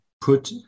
put